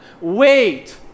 Wait